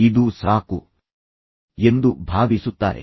ಇದು ಸಾಕು ಎಂದು ಅವರು ಭಾವಿಸುತ್ತಾರೆ